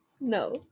No